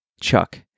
Chuck